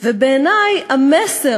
שבעצם כבר נחקק בכנסת הקודמת,